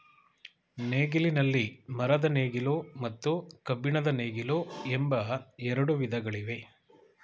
ನೇಗಿಲಿನಲ್ಲಿ ಮರದ ನೇಗಿಲು ಮತ್ತು ಕಬ್ಬಿಣದ ನೇಗಿಲು ಎಂಬ ಎರಡು ವಿಧಗಳಿವೆ